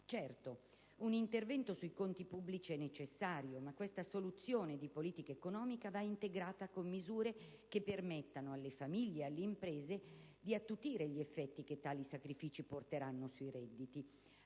Certo, un intervento sui conti pubblici è necessario, ma questa soluzione di politica economica va integrata con misure che permettano alle famiglie e alle imprese di attutire gli effetti che tali sacrifici porteranno sui redditi.